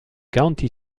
county